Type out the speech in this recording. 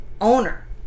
owner